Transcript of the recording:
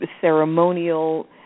ceremonial